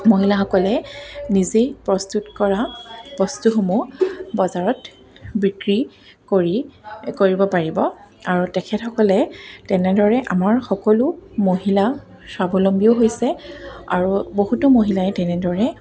মহিলাসকলে নিজেই প্ৰস্তুত কৰা বস্তুসমূহ বজাৰত বিক্ৰী কৰি কৰিব পাৰিব আৰু তেখেতসকলে তেনেদৰে আমাৰ সকলো মহিলা স্বাৱলম্বীও হৈছে আৰু বহুতো মহিলাই তেনেদৰে